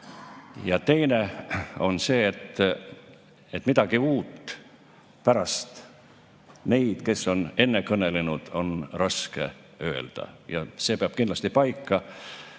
Ja teine on see, et midagi uut pärast neid, kes on enne kõnelenud, on raske öelda. Ja see peab kindlasti paika,